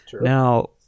now